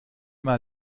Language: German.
mal